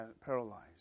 paralyzed